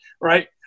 Right